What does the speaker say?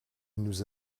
nous